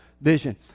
vision